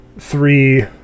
three